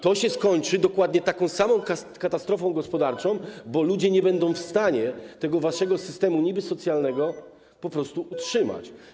To się skończy dokładnie taką samą katastrofą gospodarczą, bo ludzie nie będą w stanie tego waszego systemu niby-socjalnego utrzymać.